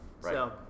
right